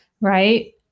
right